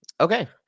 Okay